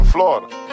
Florida